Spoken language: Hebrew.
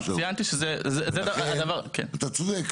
ציינתי שזה הדבר --- אתה צודק,